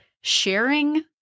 Sharing